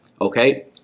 okay